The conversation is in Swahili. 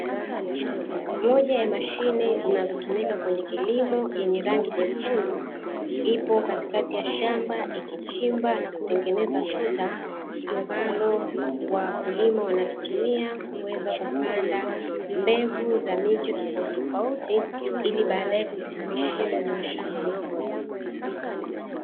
Moja ya mashine zinazotumika kwenye kilimo; yenye rangi nyekundu, ipo katikati ya shamba ikichimba na kutengeneza tuta; ambalo wakulima wanalitumia kuweza kupanda mbegu za miche tofautitofauti, ili baadaye kuzihamishia kwenye mashamba makubwa.